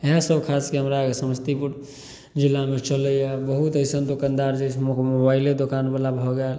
इएह सब खासके हमरा आर के समस्तीपुर जिलामे चलैया बहुत अइसन दोकानदार जे अछि मोबाइले दोकान बला भऽ गेल